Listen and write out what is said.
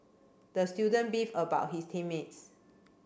the student beefed about his team mates